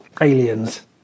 aliens